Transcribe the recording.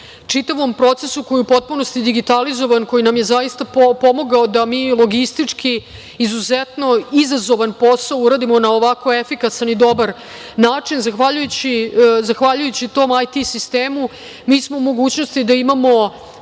čitavom procesu koji je u potpunosti digitalizovan, koji nam je zaista pomogao da mi logistički izazovan posao uradimo na ovako efikasan i dobar način, zahvaljujući tom IT sistemu, mi smo u mogućnosti da imamo